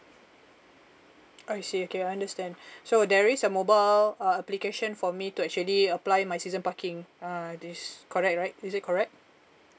I see okay I understand so there is a mobile uh application for me to actually apply my season parking uh this correct right is it correct